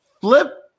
flip